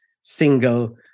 single